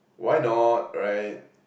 why not right